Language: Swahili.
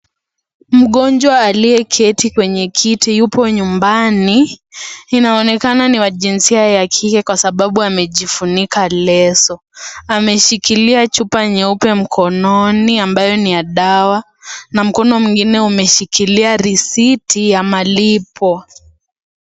Mgonjwa aliyeketi kwenye kiti yupo nyumbani, inaonekana ni wa jinsia ya kike kwasababu amejifunika leso. Ameshikilia chupa nyeupe mkononi ambayo ni dawa, na mkono mwingine umeshikilia risiti ya malipo.